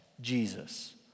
Jesus